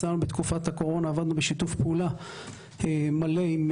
בתקופת הקורונה עבדנו בשיתוף פעולה מלא עם